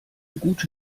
gute